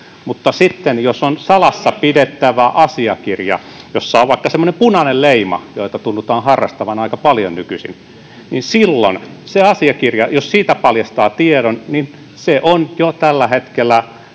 Mutta sitten, jos on salassa pidettävä asiakirja, jossa on vaikka semmoinen punainen leima, joita tunnutaan harrastavan aika paljon nykyisin, jos siitä asiakirjasta paljastaa tiedon, se on jo tällä hetkellä